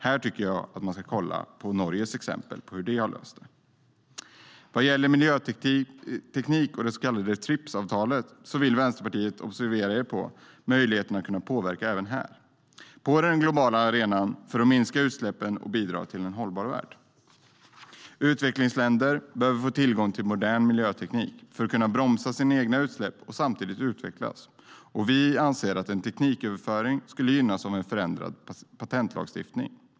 Här tycker jag att man ska titta på hur Norge har löst detta. Vad gäller miljöteknik och det så kallade TRIPS-avtalet vill Vänsterpartiet observera er på möjligheten att påverka även här på den globala arenan för att minska utsläppen och bidra till en hållbar värld. Utvecklingsländer behöver få tillgång till modern miljöteknik för att de ska kunna bromsa sina egna utsläpp och samtidigt utvecklas. Vi anser att tekniköverföringen skulle gynnas av en förändrad patentlagstiftning.